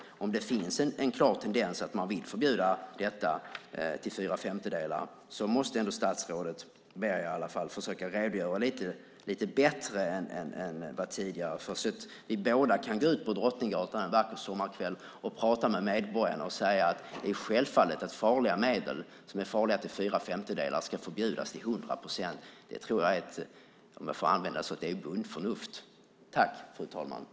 Och om det finns en klar tendens till att vilja förbjuda detta medel till fyra femtedelar måste statsrådet i alla fall försöka redogöra för det lite bättre än som tidigare varit fallet så att vi båda en vacker sommarkväll kan gå ut på Drottninggatan och prata med medborgarna och säga: Självfallet ska medel som till fyra femtedelar är farliga förbjudas till hundra procent. Det tror jag - om jag får använda det uttrycket - är bondförnuft.